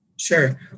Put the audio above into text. Sure